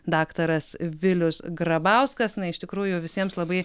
daktaras vilius grabauskas na iš tikrųjų visiems labai